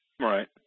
right